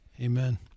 amen